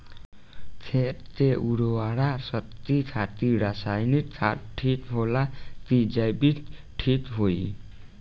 खेत के उरवरा शक्ति खातिर रसायानिक खाद ठीक होला कि जैविक़ ठीक होई?